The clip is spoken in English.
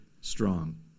strong